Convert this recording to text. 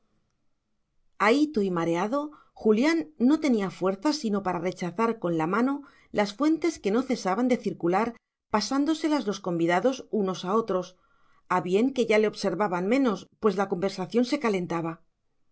cerdos ahíto y mareado julián no tenía fuerzas sino para rechazar con la mano las fuentes que no cesaban de circular pasándoselas los convidados unos a otros a bien que ya le observaban menos pues la conversación se calentaba